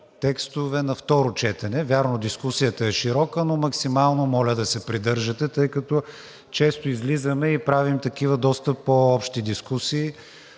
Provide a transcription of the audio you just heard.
текстове на второ четене. Вярно, дискусията е широка, но максимално моля да се придържате, тъй като често излизаме и правим такива доста по-общи дискусии,